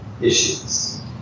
issues